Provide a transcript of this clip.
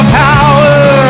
power